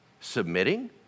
submitting